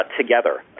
together